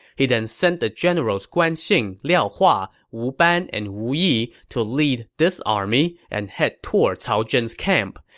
he then sent the generals guan xing, liao hua, wu ban, and wu yi to lead this army and head toward cao zhen's camp.